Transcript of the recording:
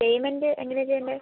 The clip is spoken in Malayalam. പേയ്മെൻ്റ് എങ്ങനെയാണ് ചെയ്യേണ്ടത്